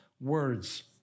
Words